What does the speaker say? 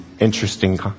interesting